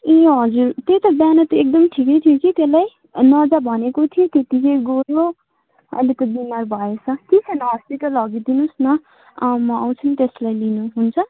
ए हजुर त्यही त बिहान त एकदम ठिकै थियो कि त्यसलाई नजा भनेको थिएँ त्यतिकै गयो अलिक बिमार भएछ केही छैन हस्पिटल लगिदिनोस् न म आउँछु नि त्यसलाई लिनु हुन्छ